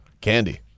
Candy